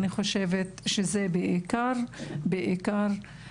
אני חושבת שזה בעיקר